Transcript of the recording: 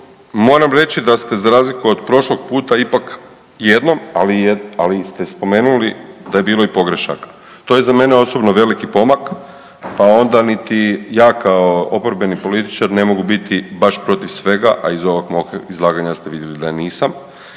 moram reći da ste za razliku od prošlog puta ipak jednom, ali ste spomenuli da je bilo i pogrešaka to je za mene osobno veliki pomak pa onda niti ja kao oporbeni političar ne mogu biti baš protiv svega, a iz ovog mog izlaganja ste vidjeli da nisam,